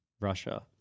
Russia